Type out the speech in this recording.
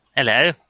hello